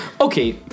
okay